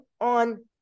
on